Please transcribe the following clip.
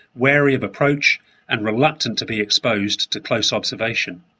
wary of approach and reluctant to be exposed to close observation.